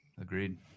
agreed